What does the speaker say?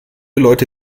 leute